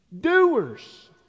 doers